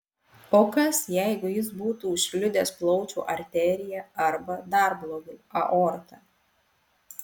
o kas jeigu jis būtų užkliudęs plaučių arteriją arba dar blogiau aortą